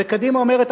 וקדימה אומרת,